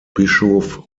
bischof